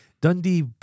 Dundee